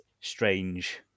strange